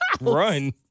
Run